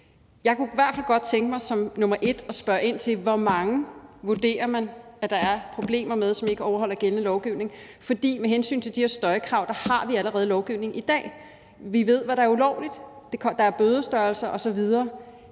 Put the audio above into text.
Jeg kunne i hvert fald godt tænke mig først at spørge ind til, hvor mange man vurderer der er problemer med, fordi de ikke overholder gældende lovgivning. For med hensyn til de her støjkrav har vi allerede lovgivning i dag. Vi ved, hvad der er ulovligt. Det er bødestørrelser osv.